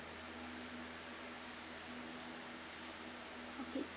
okay